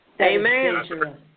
Amen